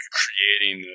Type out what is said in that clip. creating